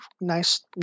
nice